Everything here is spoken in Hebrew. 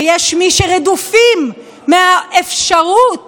שיש מי שרדופים מהאפשרות